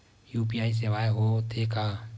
UPI सेवाएं हो थे का?